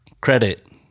credit